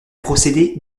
procédé